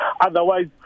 Otherwise